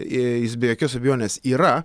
aaa jis be jokios abejonės yra